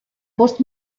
bost